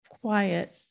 quiet